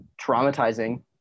traumatizing